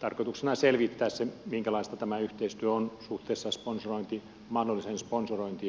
tarkoituksena selvittää minkälaista tämä yhteistyö on suhteessa mahdolliseen sponsorointiin